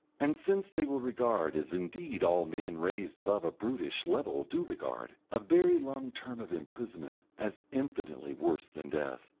and since they will regard, as indeed all men raised above a brutish level do regard, a very long term of imprisonment as infinitely worse than death,